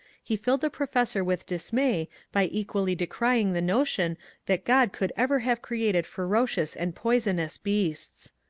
he filled the professor with dismay by equally decrying the notion that god could ever have created ferocious and poisonous beasts.